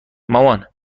مامان